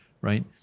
right